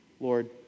Lord